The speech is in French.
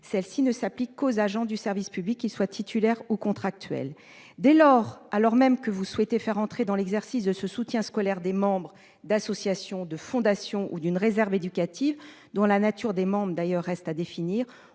celle-ci ne s'applique qu'aux agents du service public, qu'ils soient titulaires ou contractuels. Dès lors, alors même que vous souhaitez faire entrer dans l'exercice du soutien scolaire des membres d'associations, de fondations ou d'une réserve éducative dont la nature des membres reste à définir,